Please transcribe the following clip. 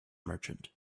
merchant